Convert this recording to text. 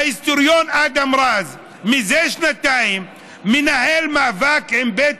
ההיסטוריון אדם רז זה שנתיים מנהל מאבק עם בית